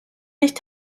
nicht